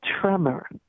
tremor